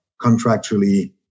contractually